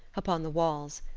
upon the walls.